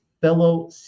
fellow